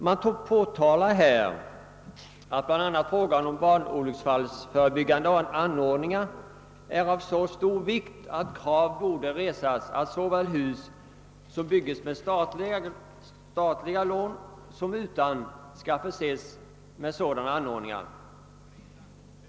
Man påtalar här att bl a. frågan om barnolycksfallsförebyggande anordningar är av så stor vikt, att krav borde resas på att såväl hus som bygges med statliga lån som utan skall förses med sådana anordningar.